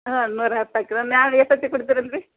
ಹಾಂ ನೂರ ಹತ್ತು ಹಾಕಿರ ನಾಳೆ ಎಷ್ಟೊತ್ತಿಗೆ ಕೊಡ್ತೀರಿ ಅಂದಿರಿ